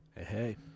hey